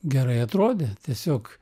gerai atrodė tiesiog